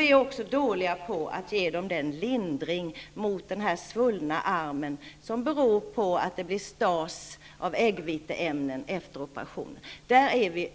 Vi är dessutom utomordentligt dåliga på att ge dem lindring mot den svullna arm som beror på stas av äggviteämnen efter operation. Det finns